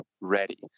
ready